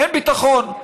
אין ביטחון.